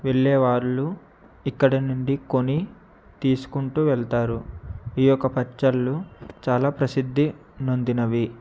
వెళ్ళేవాళ్ళు ఇక్కడ నుండి కొని తీసుకుంటూ వెళతారు ఈయొక్క పచ్చళ్ళు చాల ప్రసిద్ది నొందినవి